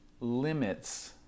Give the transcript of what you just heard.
limits